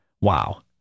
Wow